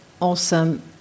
awesome